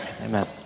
Amen